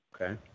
Okay